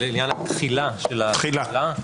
לעניין התחילה של התחולה,